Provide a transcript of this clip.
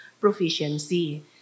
proficiency